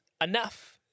enough